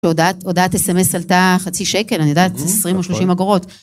הודעת אסמס עלתה חצי שקל, אני יודעת, עשרים או שלושים אגורות.